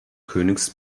königs